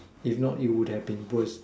if not it would have been worse